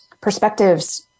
perspectives